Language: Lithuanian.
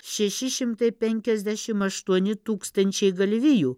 šeši šimtai penksiasdešimt aštuoni tūkstančiai galvijų